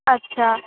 اچھا